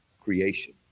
creation